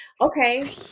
Okay